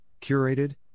curated